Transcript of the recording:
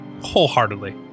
Wholeheartedly